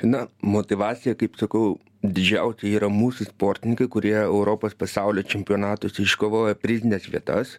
na motyvacija kaip sakau didžiausia yra mūsų sportininkai kurie europos pasaulio čempionatuose iškovoja prizines vietas